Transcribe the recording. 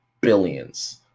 billions